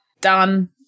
done